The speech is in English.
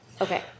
Okay